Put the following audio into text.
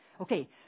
Okay